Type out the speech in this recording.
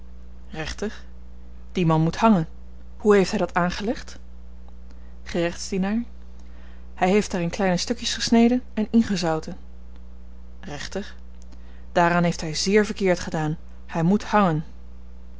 rechter die man moet hangen hoe heeft hy dat aangelegd gerechtsdienaar hy heeft haar in kleine stukjes gesneden en ingezouten rechter daaraan heeft hy zeer verkeerd gedaan hy moet hangen